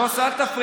מה זה קשור?